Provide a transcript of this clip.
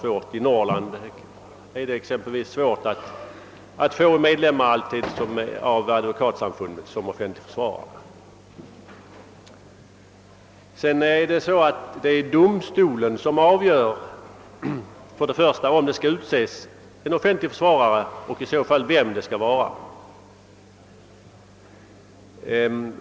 I exempelvis Norrland är det ibland besvärligt att få medlemmar av Advokatsamfundet som offentliga försvarare. Vidare är det på det sättet att domstolen avgör om offentlig försvarare skall utses och i så fall vem som skall vara det.